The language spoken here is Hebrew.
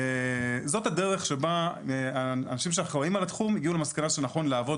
זאת הדרך שבה האנשים שאחראים על התחום הגיעו למסקנה שנכון לעבוד.